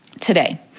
today